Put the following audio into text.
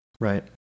Right